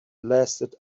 lasted